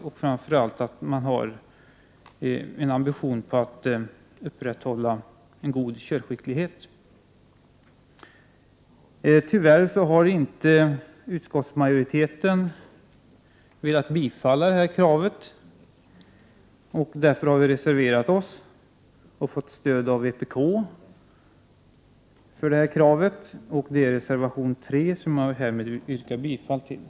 Ambitionen skall också vara att upprätthålla en god körskicklighet hos bilförarna. ; Tyvärr har inte utskottsmajoriteten velat biträda detta krav, varför vi har reserverat oss och fått stöd av vpk. Därmed, fru talman, yrkar jag bifall till 145 reservation 3.